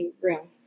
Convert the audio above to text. room